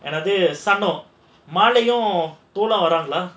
அதாவது:adhaavathu son of